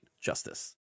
justice